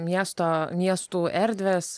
miesto miestų erdvės